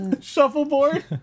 shuffleboard